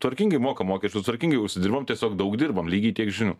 tvarkingai mokam mokesčius tvarkingai užsidirbam tiesiog daug dirbam lygiai tiek žinių